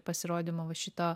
pasirodymą va šito